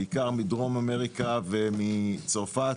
בעיקר מדרום אמריקה ומצרפת,